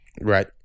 Right